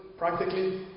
Practically